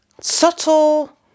subtle